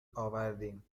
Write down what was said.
آوردیم